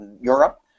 Europe